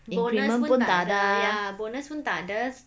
bonus pun tak ya bonus pun tak ada